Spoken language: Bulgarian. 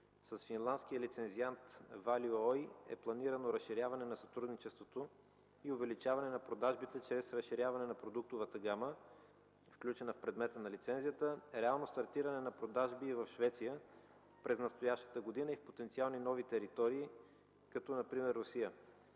С финландския лицензиант Valio е планирано разширяване на сътрудничеството и увеличаване на продажбите чрез разширяване на продуктовата гама, включена в предмета на лицензията, реално стартиране на продажби и в Швеция през настоящата година и в потенциални нови територии, като например Русия.